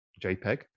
JPEG